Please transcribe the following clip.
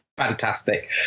Fantastic